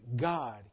God